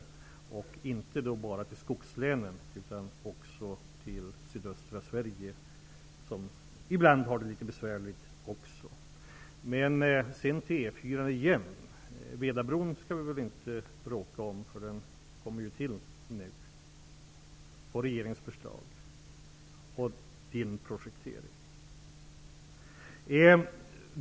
Det var inte bara till skogslänen, utan också till sydöstra Sverige, som även de har det litet besvärligt ibland. Låt mig sedan återkomma till E 4. Vedabron skall vi väl inte bråka om. Den kommer ju till nu på regeringens förslag och Georg Anderssons projektering.